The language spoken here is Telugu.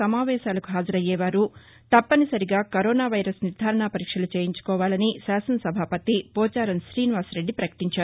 నమావేశాలకు హాజరయ్యే వారు తవ్పని నరిగా కరోనా వైరస్ నిర్దారణ వరీక్షలు చేయించుకోవాలని శాసనసభావతి పోచారం శ్రీనివాసరెడ్డి పకటించారు